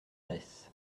reiss